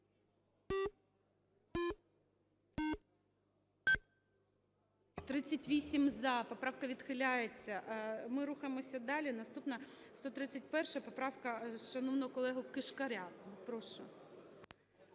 За-38 Поправка відхиляється. Ми рухаємося далі. Наступна – 131-а. Поправка шановного колеги Кишкаря. Прошу.